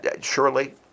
surely